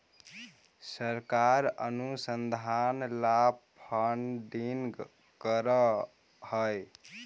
सरकार अनुसंधान ला फंडिंग करअ हई